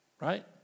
Right